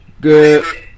Good